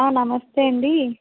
నమస్తే అండీ